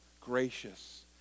gracious